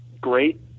great